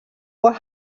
were